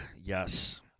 Yes